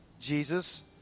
Jesus